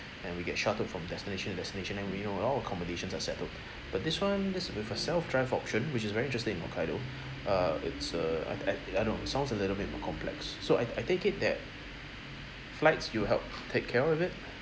and we get shuttled from destination to destination and you know all our accommodations are settled but this [one] this is with a self-drive option which is very interesting in hokkaido uh it's uh I I don't know sounds a little bit more complex so I I take it that flights you'll help take care of it